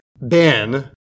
Ben